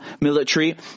military